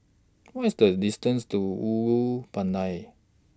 What IS The distance to Ulu Pandan